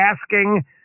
asking